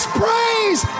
praise